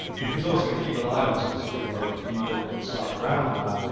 because also if you rely on a specific product and you build your site around that,